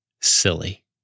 silly